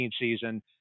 season